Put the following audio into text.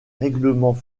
règlements